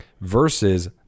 Versus